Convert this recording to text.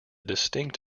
distinct